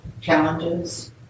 challenges